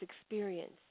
experience